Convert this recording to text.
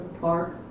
park